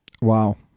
Wow